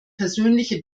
persönliche